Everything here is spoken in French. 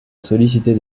solliciter